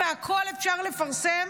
והכול אפשר לפרסם?